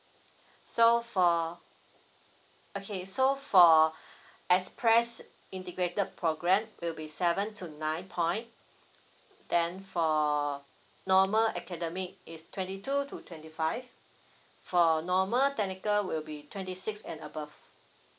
so for okay so for express integrated program will be seven to nine point then for normal academic is twenty two to twenty five for normal technical will be twenty six and above